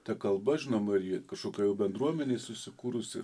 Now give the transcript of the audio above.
ta kalba žinoma ir ji kažkokia jau bendruomenėj susikūrusi